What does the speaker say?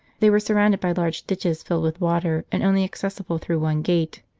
they were surrounded by large ditches filled with water, and only accessible through one gate.